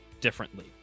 differently